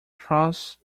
cross